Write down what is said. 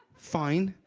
fine.